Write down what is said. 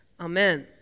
amen